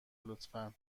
لطفا